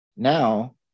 Now